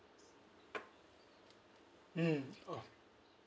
mm oh